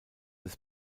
des